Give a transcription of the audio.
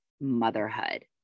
motherhood